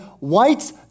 whites